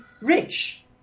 rich